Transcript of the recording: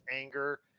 anger